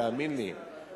תאמין לי.